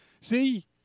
See